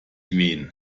wen